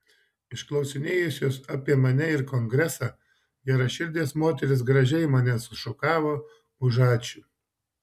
išklausinėjusios apie mane ir kongresą geraširdės moterys gražiai mane sušukavo už ačiū